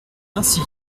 ainsi